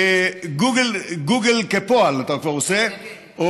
גוגל כפועל אתה כבר עושה,